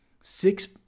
six